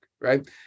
right